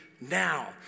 now